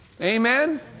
Amen